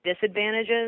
disadvantages